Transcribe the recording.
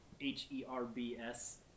H-E-R-B-S